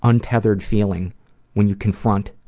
untethered feeling when you confront